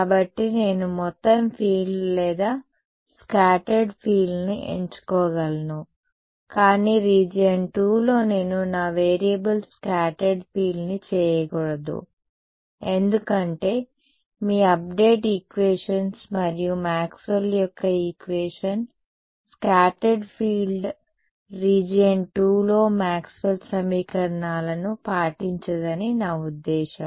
కాబట్టి నేను మొత్తం ఫీల్డ్ లేదా స్కాటర్డ్ ఫీల్డ్ని ఎంచుకోగలను కానీ రీజియన్ II లో నేను నా వేరియబుల్ స్కాటర్డ్ ఫీల్డ్ని చేయకూడదు ఎందుకంటే మీ అప్డేట్ ఈక్వేషన్స్ మరియు మాక్స్వెల్ యొక్క equation scattered field region II లో మాక్స్వెల్ సమీకరణాలను పాటించదని నా ఉద్దేశ్యం